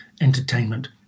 entertainment